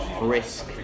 risk